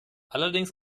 allerdings